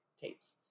tapes